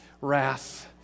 wrath